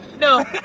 No